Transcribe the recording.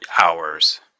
hours